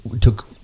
took